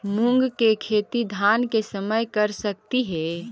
मुंग के खेती धान के समय कर सकती हे?